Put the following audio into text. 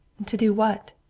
to do what?